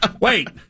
Wait